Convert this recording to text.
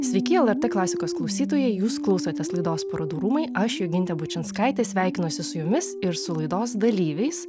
sveiki lrt klasikos klausytojai jūs klausotės laidos parodų rūmai aš jogintė bučinskaitė sveikinuosi su jumis ir su laidos dalyviais